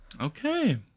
Okay